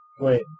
Wait